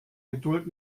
geduld